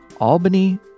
Albany